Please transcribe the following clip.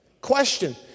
Question